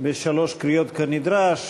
בשלוש קריאות כנדרש